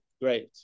great